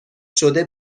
شده